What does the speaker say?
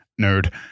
nerd